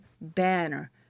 banner